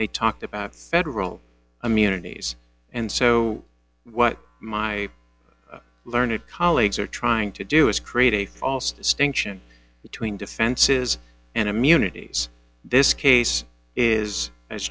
they talked about federal i'm unities and so what my learned colleagues are trying to do is create a false distinction between defenses and immunities this case is as